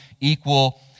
equal